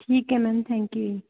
ਠੀਕ ਹੈ ma'am thank you ਜੀ